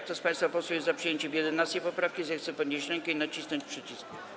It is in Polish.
Kto z państwa posłów jest za przyjęciem 11. poprawki, zechce podnieść rękę i nacisnąć przycisk.